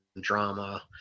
drama